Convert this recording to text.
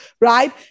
right